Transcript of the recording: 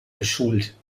geschult